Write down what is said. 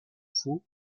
faux